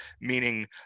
meaning